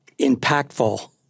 impactful